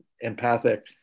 empathic